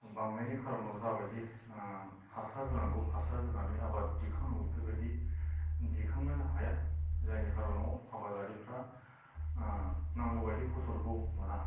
बांनायनि खार'नाव जाबायदि ओ हासार होनांगौ हासार होनानै आबाद दिखांनांगौ बिफोरबादि दिखांनो हाया जायनि खार'नाव आबादारिफ्रा नांगौ बायदि फसलखौ मोना